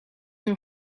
een